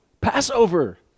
Passover